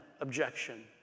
objection